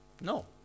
No